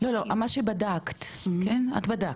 לא, לא, מה שבדקת, כן, את בדקת?